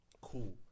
Cool